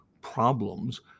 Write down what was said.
problems